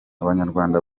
abanyarwanda